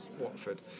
Watford